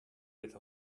with